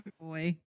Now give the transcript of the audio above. Boy